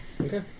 Okay